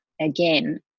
again